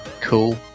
Cool